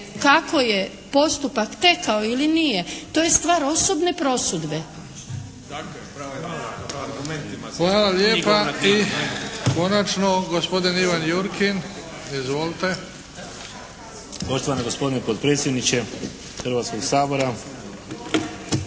kako je postupak tekao ili nije to je stvar osobne prosudbe.